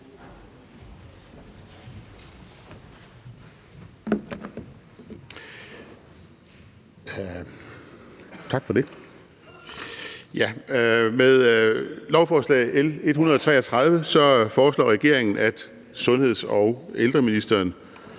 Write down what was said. Med lovforslag L 133 foreslår regeringen, at sundheds- og ældreministeren